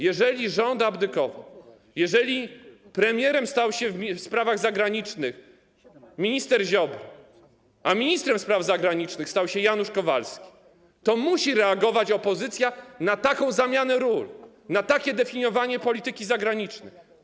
Jeżeli rząd abdykował, jeżeli premierem stał się w sprawach zagranicznych minister Ziobro, a ministrem spraw zagranicznych stał się Janusz Kowalski, to opozycja musi reagować na taką zamianę ról, na takie definiowanie polityki zagranicznej.